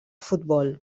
futbol